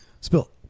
Spill